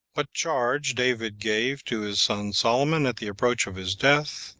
what charge david gave to his son solomon at the approach of his death,